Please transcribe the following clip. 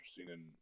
interesting